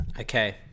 Okay